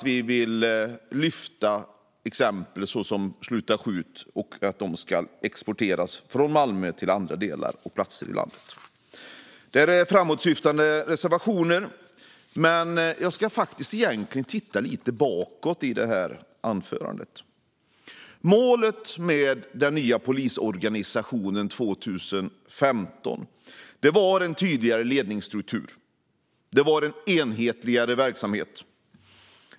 Vi vill också lyfta fram exempel såsom Sluta skjut, som ska exporteras från Malmö till andra delar och platser i landet. Det är framåtsyftande reservationer, men jag ska titta lite bakåt i mitt anförande. Målet med den nya polisorganisationen 2015 var en tydligare ledningsstruktur och en enhetligare verksamhet.